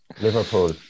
Liverpool